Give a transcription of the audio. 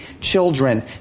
children